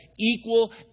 equal